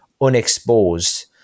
unexposed